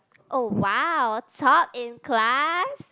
oh !wow! top in class